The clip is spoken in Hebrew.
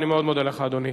אני מאוד מודה לך, אדוני.